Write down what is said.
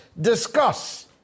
Discuss